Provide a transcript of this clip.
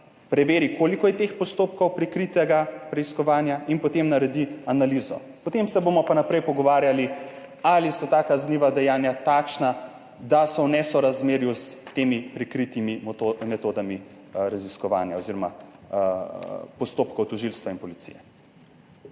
preveri, koliko je teh postopkov prikritega preiskovanja in potem naredi analizo. Potem se bomo pa naprej pogovarjali, ali so ta kazniva dejanja takšna, da so v nesorazmerju s temi prikritimi metodami raziskovanja oziroma postopkov tožilstva in policije.